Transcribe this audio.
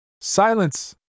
Silence